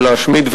ולהשמיד,